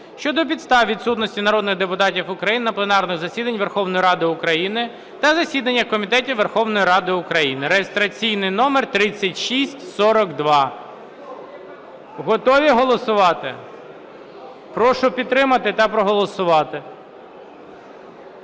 щодо підстав відсутності народних депутатів України на пленарних засіданнях Верховної Ради України та засіданнях комітетів Верховної Ради України (реєстраційний номер 3642). Готові голосувати? Прошу підтримати та проголосувати.